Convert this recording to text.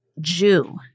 Jew